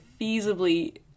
feasibly